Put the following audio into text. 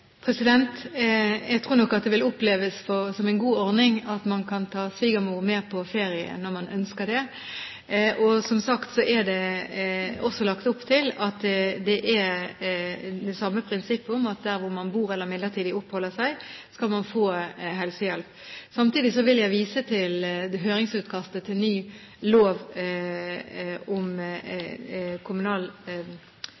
Jeg tror nok at det vil oppleves som en god ordning at man kan ta svigermor med på ferie når man ønsker det. Og som sagt er det også lagt opp til at det er det samme prinsipp om at der hvor man bor eller midlertidig oppholder seg, skal man få helsehjelp. Samtidig vil jeg vise til forslaget til ny